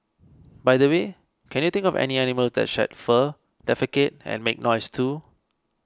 by the way can you think of any animals that shed fur defecate and make noise too